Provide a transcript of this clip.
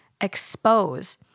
expose